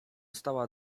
stała